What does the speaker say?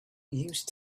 used